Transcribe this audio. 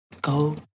go